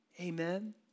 Amen